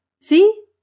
See